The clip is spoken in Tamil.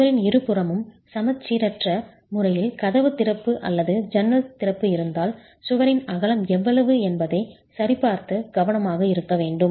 சுவரின் இருபுறமும் சமச்சீரற்ற முறையில் கதவு திறப்பு அல்லது ஜன்னல் திறப்பு இருந்தால் சுவரின் அகலம் எவ்வளவு என்பதைச் சரிபார்த்து கவனமாக இருக்க வேண்டும்